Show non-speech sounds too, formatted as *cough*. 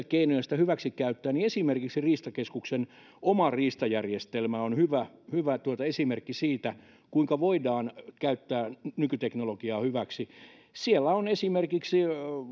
*unintelligible* keinoja joita hyväksikäyttää niin esimerkiksi riistakeskuksen oma riista järjestelmä on hyvä hyvä esimerkki siitä kuinka voidaan käyttää nykyteknologiaa hyväksi siellä esimerkiksi